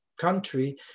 country